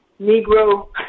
Negro